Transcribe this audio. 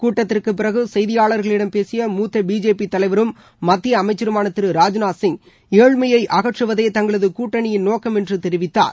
கூட்டத்திற்கு பிறகு செய்தியாளர்களிடம் பேசிய மூத்த பிஜேபி தலைவரும் மத்திய அமைச்சருமான திரு ராஜ்நாத் சிங் ஏழ்மையை அகற்றுவதே தங்களது கூட்டணியின் நோக்கம் என்று தெரிவித்தார்